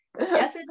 yes